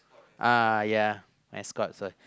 uh ya escort ah